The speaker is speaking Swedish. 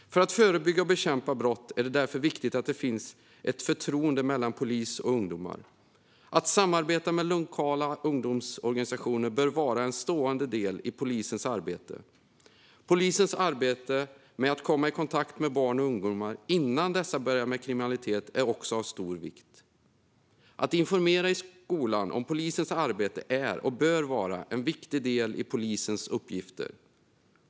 För att förebygga och bekämpa brott är det viktigt att det finns ett förtroende mellan polis och ungdomar. Att samarbeta med lokala ungdomsorganisationer bör vara en stående del i polisens arbete. Polisens arbete med att komma i kontakt med barn och ungdomar innan de börjar med kriminalitet är också av stor vikt. Att informera i skolor om polisens arbete är och bör vara en viktig del i polisens uppgifter.